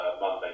Monday